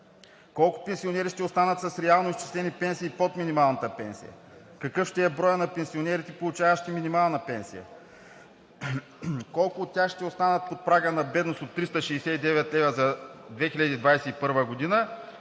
колко пенсионери ще останат с реално изчислени пенсии под минималната пенсия; какъв ще е броят на пенсионерите, получаващи минимална пенсия; колко от тях ще останат под прага на бедност от 369 лв. за 2021 г. и